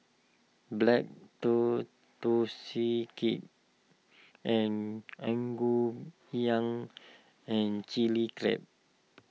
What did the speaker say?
Black Tortoise Cake and Ngoh Hiang and Chili Crab